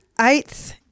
eighth